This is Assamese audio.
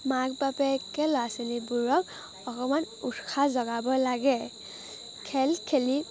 মাক বাপেকে ল'ৰা ছোৱালীবোৰক অকণমান উৎসাহ যোগাব লাগে খেল খেলি